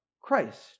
Christ